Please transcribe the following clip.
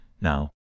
now